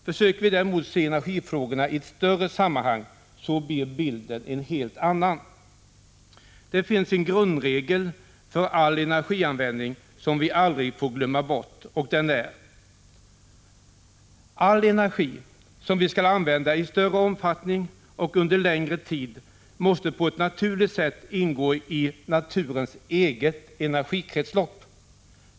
Försöker vi däremot se energifrågorna i ett större sammanhang, blir bilden en helt annan. Det finns en grundregel för all energianvändning som vi aldrig får glömma bort, och den är: All energi som vi skall använda i större omfattning och under längre tid måste på ett naturligt sätt ingå i naturens eget energikretslopp.